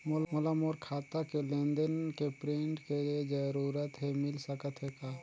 मोला मोर खाता के लेन देन के प्रिंट के जरूरत हे मिल सकत हे का?